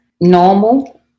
normal